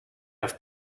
have